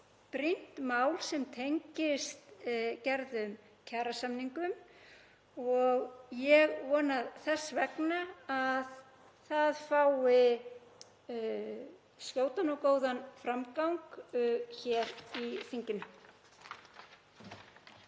ræða sem tengist gerðum kjarasamningum og ég vona þess vegna að það fái skjótan og góðan framgang hér í þinginu.